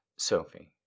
Sophie